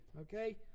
okay